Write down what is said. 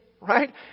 Right